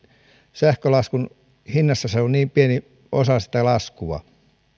sähkölaskun hinnassa se kulutus on niin pieni osa sitä laskua